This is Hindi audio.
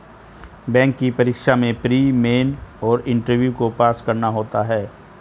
बैंक की परीक्षा में प्री, मेन और इंटरव्यू को पास करना होता है